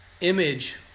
image